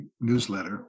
newsletter